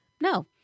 No